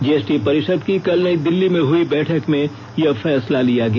GST परिषद की कल नई दिल्ली में हुई बैठक में यह फैसला लिया गया